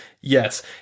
Yes